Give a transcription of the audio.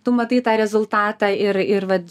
tu matai tą rezultatą ir ir vat